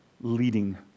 leading